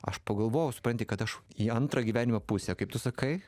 aš pagalvojau supranti kad aš į antrą gyvenimo pusę kaip tu sakai